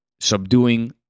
subduing